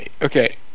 Okay